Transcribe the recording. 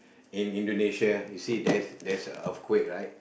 in Indonesia you see there's there's a earthquake right